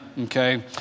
okay